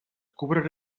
cobraré